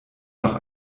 noch